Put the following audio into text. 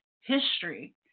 history